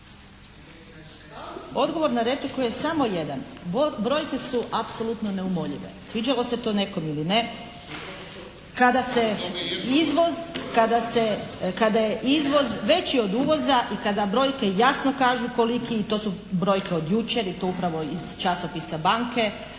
Odgovor na repliku je samo jedan. Brojke su apsolutno neumoljive, sviđalo se to nekom ili ne. Kada je izvoz veći od uvoza i kada brojke jasno kažu koliki je i to su brojke od jučer i to upravo iz časopisa "Banke"